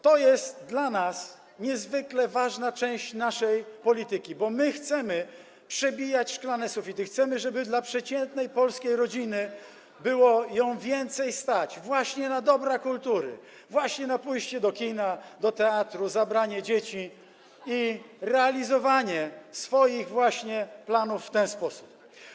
To jest dla nas niezwykle ważna część naszej polityki, bo my chcemy przebijać szklany sufit i chcemy, żeby przeciętną polską rodzinę było bardziej stać właśnie na dobra kultury, właśnie na pójście do kina, do teatru, zabranie dzieci i realizowanie swoich planów w ten sposób.